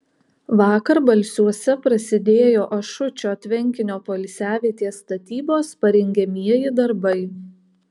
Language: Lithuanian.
vakar balsiuose prasidėjo ašučio tvenkinio poilsiavietės statybos parengiamieji darbai